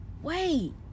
wait